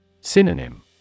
Synonym